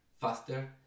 faster